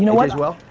you know aj's well?